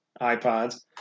iPods